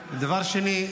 דבר שני,